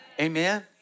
Amen